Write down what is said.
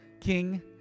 king